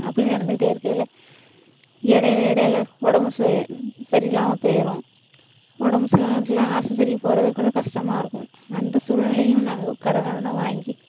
அப்படியே நடந்துக்கிட்டே இருக்கையில் இடைலே இடைல உடம்பு சொரி சரியில்லாமல் போயிடும் உடம்பு சில நேரத்தில் ஆஸ்பத்திரிக்கு போவதுக்குகூட கஷ்டமா இருக்கும் அந்த சூழ்நிலையும் நாங்கள் கடனை ஒடனை வாங்கி